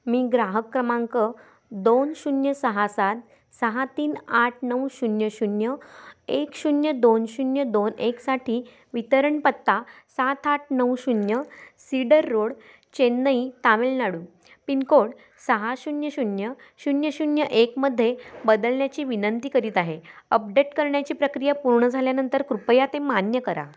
मी ग्राहक क्रमांक दोन शून्य सहा सात सहा तीन आठ नऊ शून्य शून्य एक शून्य दोन शून्य दोन एकसाठी वितरण पत्ता सात आठ नऊ शून्य Cedar Road Chennai Tamil Nadu pincode सहा शून्य शून्य शून्य शून्य एकमध्ये बदलण्याची विनंती करीत आहे अपडेट करण्याची प्रक्रिया पूर्ण झाल्यानंतर कृपया ते मान्य करा